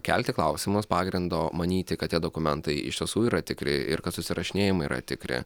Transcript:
kelti klausimus pagrindo manyti kad tie dokumentai iš tiesų yra tikri ir kad susirašinėjimai yra tikri